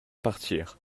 partir